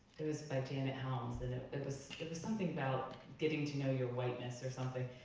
it was by janet helms, and it it was something about getting to know your whiteness or something.